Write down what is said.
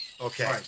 Okay